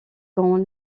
quand